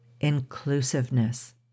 inclusiveness